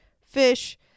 fish